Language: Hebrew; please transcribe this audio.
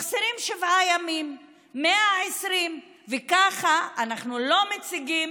מחסירים שבעה ימים, 120. וככה אנחנו לא מציגים